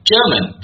German